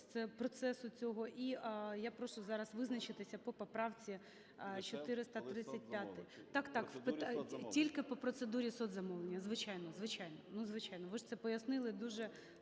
з процесу цього. І я прошу зараз визначитися по поправці 435-й. Так-так, тільки по процедурі соцзамовлення, звичайно, звичайно, ну звичайно. Ви ж це пояснили дуже